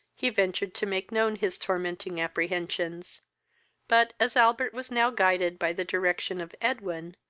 he ventured to make known his tormenting apprehensions but, as albert was now guided by the direction of edwin,